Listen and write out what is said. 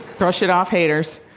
brush it off, haters.